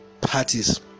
parties